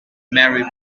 married